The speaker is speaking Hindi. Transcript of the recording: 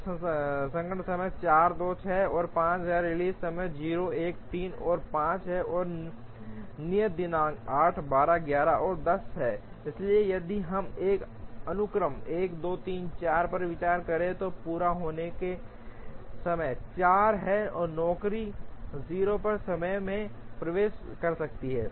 प्रसंस्करण समय 4 2 6 और 5 हैं रिलीज़ समय 0 1 3 और 5 हैं और नियत दिनांक 8 12 11 और 10 हैं इसलिए यदि हम एक अनुक्रम 1 2 3 4 पर विचार करें तो पूरा होने के समय 4 हैं नौकरी 0 पर समय में प्रवेश कर सकती है